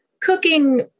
cooking